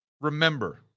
remember